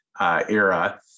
era